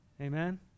Amen